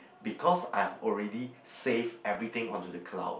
because I've already saved everything on to the cloud